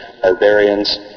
Barbarians